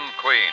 Queen